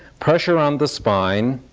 pressure on the spine,